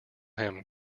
him